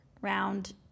Round